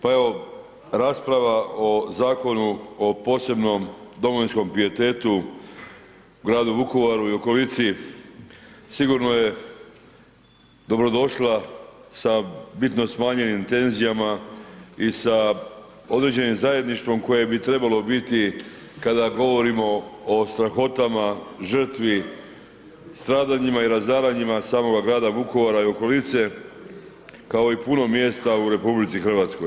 Pa evo, rasprava o zakonu o posebnom domovinskom pijetetu u gradu Vukovaru i okolici sigurno je dobrodošla sa bitno smanjenim tenzijama i sa određenim zajedništvom koje bi trebalo biti kada govorimo o strahotama i žrtvi stradanjima i razaranjima samoga grada Vukovara i okolice kao i puno mjesta u RH.